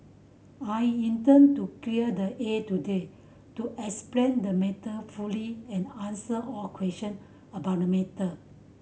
I intend to clear the air today to explain the matter fully and answer all question about the matter